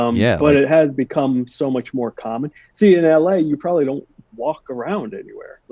um yeah but it has become so much more common. see, in l a, you probably don't walk around anywhere.